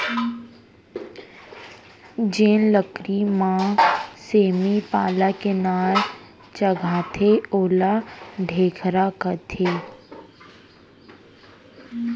जेन लकरी म सेमी पाला के नार चघाथें ओला ढेखरा कथें